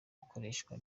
ikoreshwa